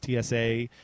TSA